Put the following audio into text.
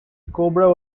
cobra